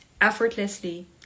effortlessly